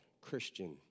Christian